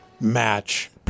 match